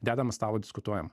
dedam ant stalo diskutuojam